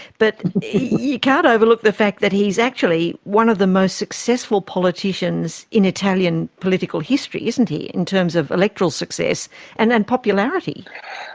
but you can't overlook the fact that he is actually one of the most successful politicians in italian political history, isn't he, in terms of electoral success and and popularity.